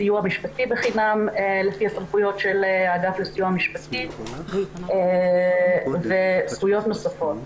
סיוע משפטי בחינם לפי הסמכויות של האגף לסיוע משפטי וזכויות נוספות.